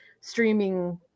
streaming